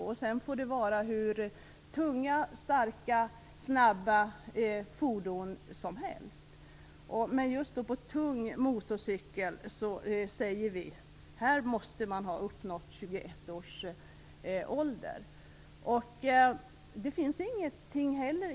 Sedan får det vara hur tunga, starka och snabba fordon som helst. Men man måste ha uppnått 21 års ålder för att få köra just tung motorcykel.